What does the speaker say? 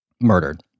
murdered